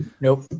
Nope